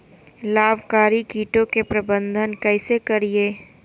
लाभकारी कीटों के प्रबंधन कैसे करीये?